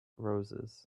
roses